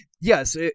Yes